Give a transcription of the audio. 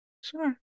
Sure